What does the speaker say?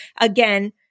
again